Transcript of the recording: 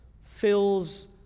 fills